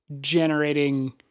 generating